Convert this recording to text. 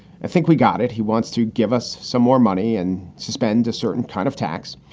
i think we got it. he wants to give us some more money and suspend a certain kind of tax.